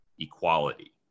equality